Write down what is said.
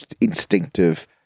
instinctive